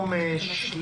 צוהריים טובים.